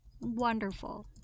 wonderful